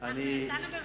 יצאנו,